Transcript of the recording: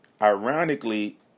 Ironically